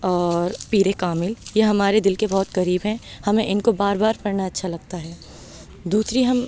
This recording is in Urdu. اور پیرکامل یہ ہمارے دل کے بہت قریب ہیں ہمیں ان کو بار بار پڑھنا اچھا لگتا ہے دوسری ہم